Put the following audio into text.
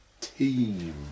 team